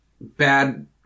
bad